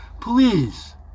please